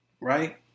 Right